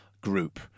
group